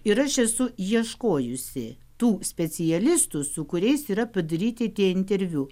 ir aš esu ieškojusi tų specialistų su kuriais yra padaryti tie interviu